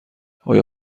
آیا